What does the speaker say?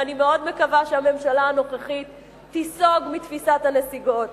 ואני מאוד מקווה שהממשלה הנוכחית תיסוג מתפיסת הנסיגות,